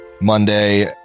Monday